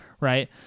right